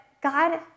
God